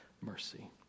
mercy